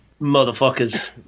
motherfuckers